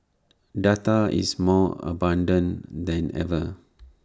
data is more abundant than ever